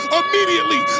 immediately